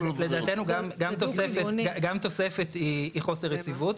לדעתנו אני אומר גם תוספת היא חוסר יציבות,